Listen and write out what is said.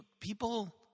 people